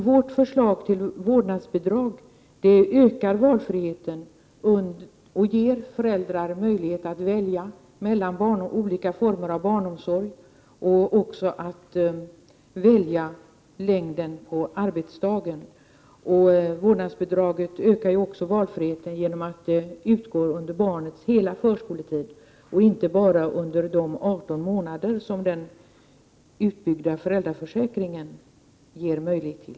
Vårt förslag till vårdnadsbidrag ökar valfriheten och ger föräldrar möjlighet att välja mellan olika former av barnomsorg, liksom att välja längden på arbetsdagen. Vårdnadsbidraget ökar också valfriheten genom att utgå under barnets hela förskoletid, och inte bara under de 18 månader som den utbyggda föräldraförsäkringen omfattar.